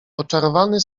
oczarowany